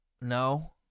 No